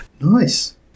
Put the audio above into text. nice